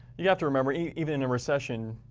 you have to remember, even in a recession,